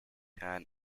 can